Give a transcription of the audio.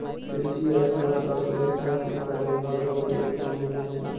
कृषि अर्थशास्त्र रो अर्थव्यवस्था के सुधारै लेली बड़ो उपयोगी मानलो जाय छै